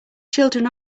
children